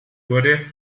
wurde